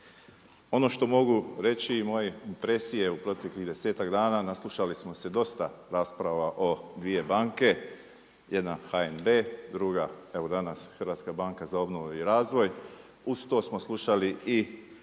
Ono što mogu reći i moje presije u proteklih 10-ak dana, naslušali smo se dosta rasprava o dvije banke, jedna HNB, druga evo danas, HBOR, uz to smo slušali i